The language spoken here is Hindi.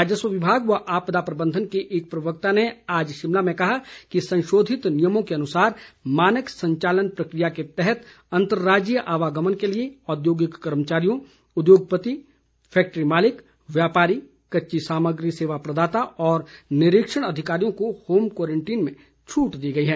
राजस्व विभाग व आपदा प्रबंधन के एक प्रवक्ता ने आज शिमला में कहा कि संशोधित नियमों के अनुसार मानक संचालन प्रक्रिया के तहत अंतर्राज्यीय आवागमन के लिए औद्योगिक कर्मचारियों उद्योगपति फैक्टरी मालिक व्यापारी कच्ची सामग्री सेवा प्रदाता और निरीक्षण अधिकारियों को होम क्वारंटीन में छूट दी गई है